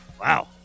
Wow